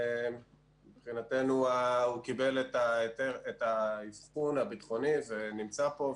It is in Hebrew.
מבחינתנו הוא קיבל את העדכון הביטחוני ונמצא פה.